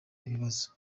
ibibazo